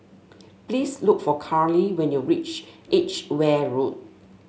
please look for Carly when you reach Edgeware Road